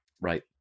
Right